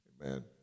Amen